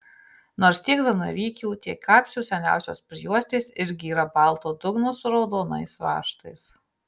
nors tiek zanavykių tiek kapsių seniausios prijuostės irgi yra balto dugno su raudonais raštais